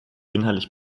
inhaltlich